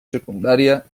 secundària